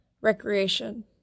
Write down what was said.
recreation